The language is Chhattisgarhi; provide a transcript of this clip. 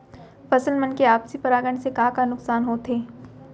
फसल मन के आपसी परागण से का का नुकसान होथे?